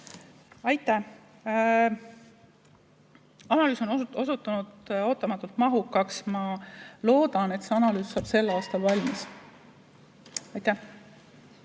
Aitäh! Analüüs on osutunud ootamatult mahukaks. Ma loodan, et see analüüs saab sel aastal valmis. Aitäh!